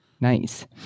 nice